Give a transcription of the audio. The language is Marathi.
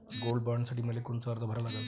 गोल्ड बॉण्डसाठी मले कोनचा अर्ज भरा लागन?